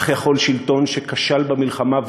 כך יכול שלטון שכשל במלחמה,